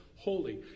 holy